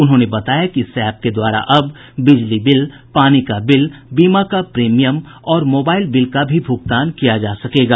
उन्होंने बताया कि इस एप के द्वारा अब बिजली बिल पानी का बिल बीमा का प्रीमियम और मोबाईल बिल का भी भुगतान किया जा सकेगा